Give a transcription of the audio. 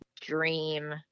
dream